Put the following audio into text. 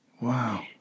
Wow